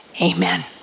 Amen